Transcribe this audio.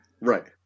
Right